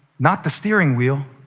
not the steering wheel.